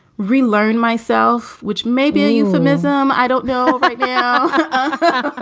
relearned myself, which may be a euphemism. i don't know like but